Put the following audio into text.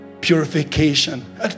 Purification